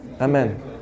amen